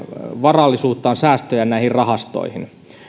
varallisuuttaan säästöjään näihin rahastoihin